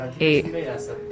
eight